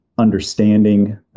understanding